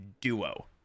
duo